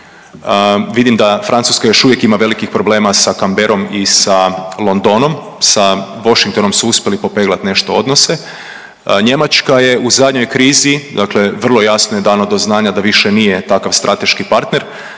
Vidim da Francuska još uvijek ima velikih problema sa Canberrom i sa Londonom, sa Washingtonom su uspjeli popeglati nešto odnose. Njemačka je u zadnjoj krizi dakle vrlo jasno je dano do znanja da više nije takav strateški partner